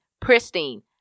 pristine